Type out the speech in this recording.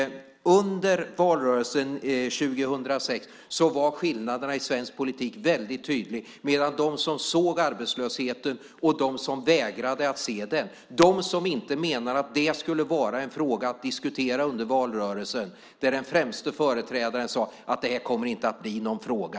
Under valrörelsen 2006 var skillnaderna i svensk politik väldigt tydliga mellan dem som såg arbetslösheten och dem som vägrade att se den - de som menade att det inte skulle vara en fråga att diskutera under valrörelsen där den främste företrädaren sade att det inte skulle bli någon fråga.